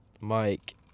Mike